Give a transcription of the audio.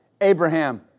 Abraham